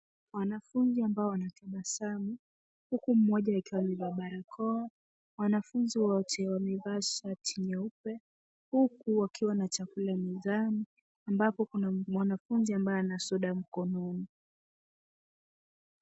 Wanafunzi ambao wanatabasamu huku mmoja akiwa amevaa barakoa. Wanafunzi wote wamevaa shati nyeupe huku wakiwa na chakula mezani ambapo kuna mwanafunzi ambaye ana soda mkononi.